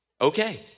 okay